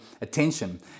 attention